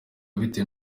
bitewe